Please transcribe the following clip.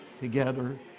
together